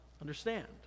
understand